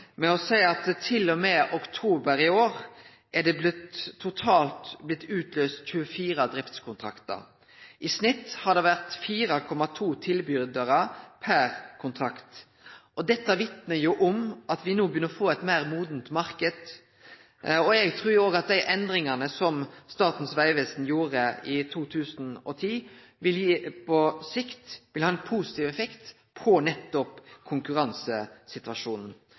med å seie at til og med oktober i år er det totalt blitt utløyst 24 driftskontraktar. I snitt har det vore 4,2 tilbydarar per kontrakt. Dette vitnar om at me no begynner å få ein meir moden marknad. Eg trur òg at dei endringane som Statens vegvesen gjorde i 2010, på sikt vil ha ein positiv effekt på nettopp konkurransesituasjonen.